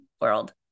world